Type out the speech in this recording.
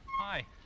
Hi